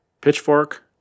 pitchfork